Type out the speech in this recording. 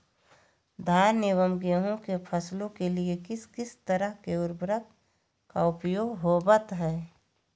धान एवं गेहूं के फसलों के लिए किस किस तरह के उर्वरक का उपयोग होवत है?